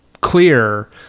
clear